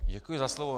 Děkuji za slovo.